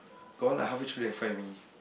got one like halfway through then find me